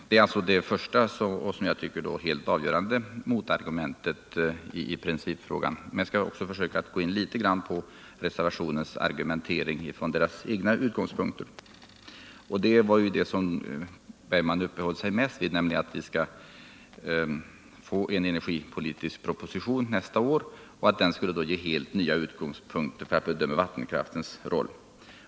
Det är alltså det första och det enligt min mening helt avgörande motargumentet i principfrågan. Jag skall också något gå in på argumenten i reservationen från reservanternas egna utgångspunkter. Per Bergman uppehöll sig mest vid talet om att vi skall få en energipolitisk proposition nästa år och att det innebär helt nya utgångspunkter när det gäller att bedöma vattenkraftens roll.